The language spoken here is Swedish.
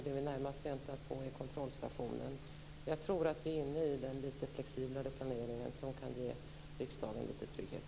Det vi närmast väntar på är kontrollstationen. Jag tror att vi är inne i en lite flexiblare planering som kan ge riksdagen lite trygghet.